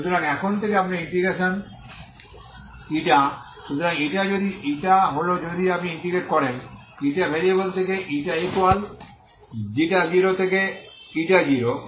সুতরাং এখন থেকে আপনার ইন্টিগ্রেশন η সুতরাং η হল যদি আপনি ইন্টিগ্রেট করেন η ভ্যারিয়েবল থেকে η ইকুয়াল 0 থেকে 0